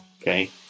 Okay